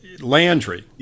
Landry